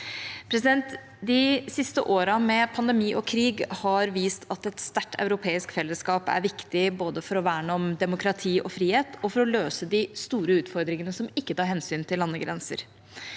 inn på. De siste årene med pandemi og krig har vist at et sterkt europeisk fellesskap er viktig, både for å verne om demokrati og frihet og for å løse de store utfordringene som ikke tar hensyn til landegrenser.